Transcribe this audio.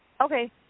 Okay